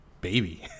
baby